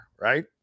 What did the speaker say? right